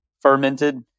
fermented